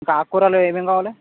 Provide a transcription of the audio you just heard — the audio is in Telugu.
ఇంకా ఆకుకూరలు ఏమేమి కావాలి